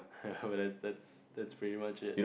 that that's that's pretty much it